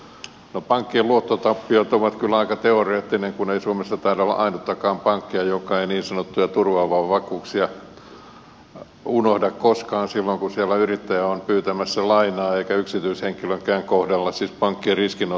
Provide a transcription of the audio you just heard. no pankkien luottotappiot ovat kyllä aika teoreettisia kun suomessa ei taida olla ainuttakaan pankkia joka unohtaa niin sanotut turvaavat vakuudet silloin kun siellä yrittäjä on pyytämässä lainaa eikä yksityishenkilönkään kohdalla